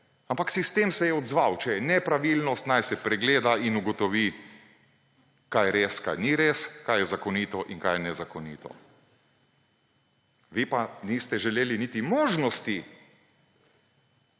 ampak sistem se je odzval. Če je nepravilnost, naj se pregleda in ugotovi, kaj je res in kaj ni res, kaj je zakonito in kaj je nezakonito. Vi pa niste želeli niti možnosti